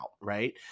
right